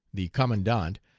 the commandant,